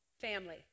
family